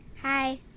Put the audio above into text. hi